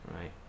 right